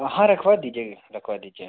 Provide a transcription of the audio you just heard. हाँ रखवा दीजिए रखवा दीजिए